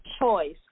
choice